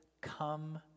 come